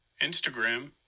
Instagram